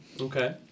okay